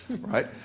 Right